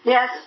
Yes